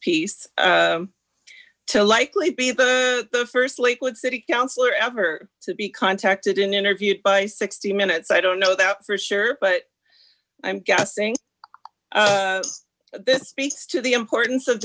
piece to likely be the first lakewood city councilor ever to be contacted and interviewed by sixty minutes i don't know that for sure but i'm guessing this speaks to the importance of